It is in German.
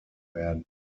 werden